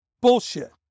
bullshit